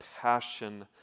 passion